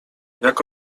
jak